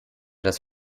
das